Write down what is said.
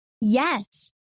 Yes